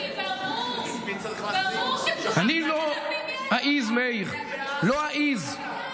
ברור, אני לא אעז, מאיר, לא אעז.